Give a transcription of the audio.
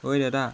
ঐ দাদা